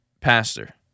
pastor